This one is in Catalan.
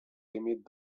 límit